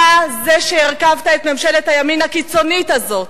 אתה זה שהרכבת את ממשלת הימין הקיצונית הזאת,